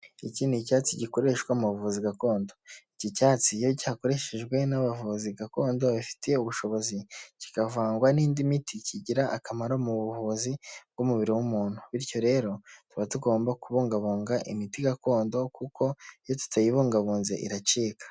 Iki ni icyatsi gikoreshwa mu buvuzi gakondo, iki cyatsi iyo cyakoreshejwe n'abavuzi gakondo babifitiye ubushobozi kikavangwa n'indi miti kigira akamaro mu buvuzi bw'umubiri w'umuntu, bityo rero tuba tugomba kubungabunga imiti gakondo kuko iyo tutayibungabunze iracika.